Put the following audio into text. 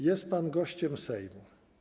Jest pan gościem Sejmu.